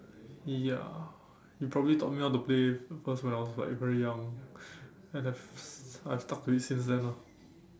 ya he probably taught me how to play because when I was like very young and I've I've stuck to it since then ah